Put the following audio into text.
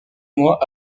mois